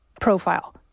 profile